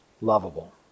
lovable